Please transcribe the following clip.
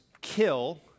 kill